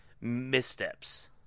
missteps